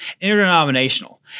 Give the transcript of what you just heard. interdenominational